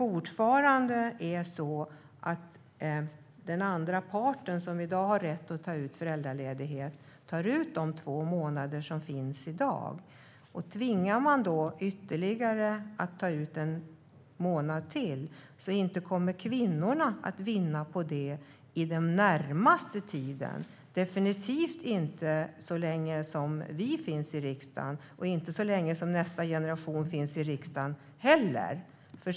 Om den andra parten med rätt att ta ut föräldraledighet tar ut de två månader som finns i dag och tvingas ta ut ytterligare en månad, inte kommer väl kvinnorna att vinna på det under den närmaste tiden? Nej, definitivt inte så länge vi finns i riksdagen och inte så länge nästa generation finns i riksdagen heller.